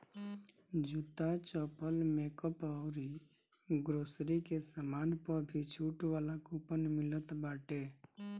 जूता, चप्पल, मेकअप अउरी ग्रोसरी के सामान पअ भी छुट वाला कूपन मिलत बाटे